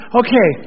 okay